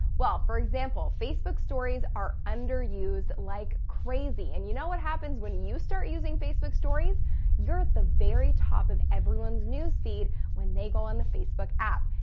well, for example, facebook stories are underused like crazy. and you know what happens when you start using facebook stories the very top of everyone's news feed when they go on the facebook app.